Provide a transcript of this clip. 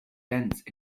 dense